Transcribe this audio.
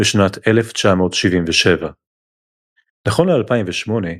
בשנת 1977. נכון ל־2008,